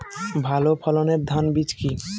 ভালো ফলনের ধান বীজ কি?